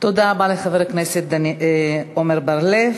תודה רבה לחבר הכנסת עמר בר-לב.